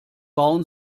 bauen